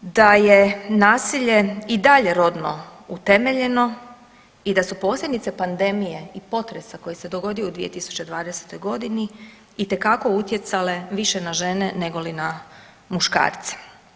da je nasilje i dalje rodno utemeljeno i da su posljedice pandemije i potresa koji se dogodio u 2020.g. itekako utjecale više na žene negoli na muškarce.